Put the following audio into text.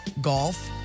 Golf